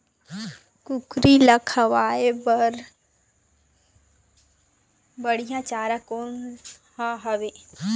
कुकरी ला खवाए बर बढीया चारा कोन हर हावे?